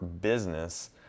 business